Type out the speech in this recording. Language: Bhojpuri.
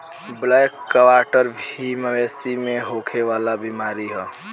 ब्लैक क्वाटर भी मवेशी में होखे वाला बीमारी ह